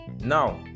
Now